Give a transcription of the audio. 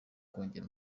kongera